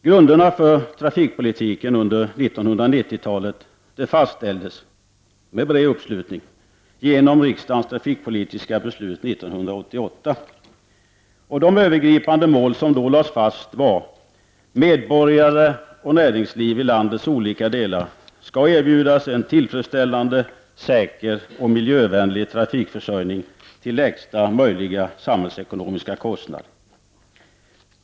Grunderna för trafikpolitiken under 1990-talet fastställdes med bred uppslutning genom riksdagens trafikpolitiska beslut 1988. Det övergripande mål som då lades fast var: Medborgare och näringsliv i landets olika delar skulle erbjudas en tillfredsställande, säker och miljövänlig trafikförsörjning till lägsta möjliga samhällsekonomiska kostnad.